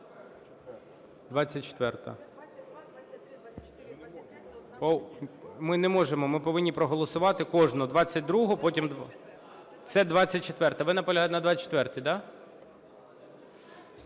Ми не можемо, ми повинні проголосувати кожну: 22-у, потім… Це 24-а. Ви наполягаєте на 24-й, да?